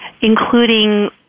including